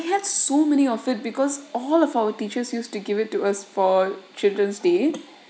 had so many of it because all of our teachers used to give it to us for children's day